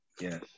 Yes